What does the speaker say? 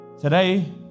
today